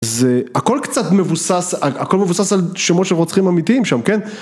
זה הכל קצת מבוסס על, הכל מבוסס על שמות של רוצחים אמיתיים שם כן